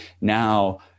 now